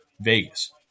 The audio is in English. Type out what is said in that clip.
Vegas